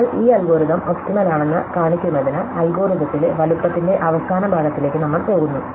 അതിനാൽ ഈ algorithm optimal ആണെന്ന് കാണിക്കുന്നതിന് അൽഗോരിത്തിലെ വലുപ്പത്തിന്റെ അവസാന ഭാഗത്തിലേക്ക് നമ്മൾ പോകുന്നു